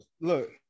Look